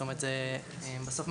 בסוף,